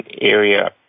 area